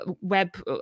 web